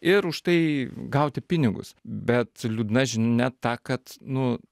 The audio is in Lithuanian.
ir už tai gauti pinigus bet liūdna žinia ta kad nu